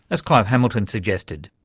as clive hamilton suggested.